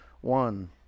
One